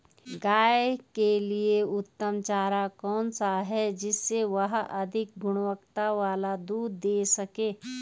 गाय के लिए उत्तम चारा कौन सा है जिससे वह अधिक गुणवत्ता वाला दूध दें सके?